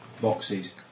boxes